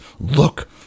look